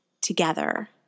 together